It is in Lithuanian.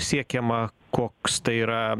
siekiama koks tai yra